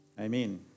Amen